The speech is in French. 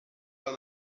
pas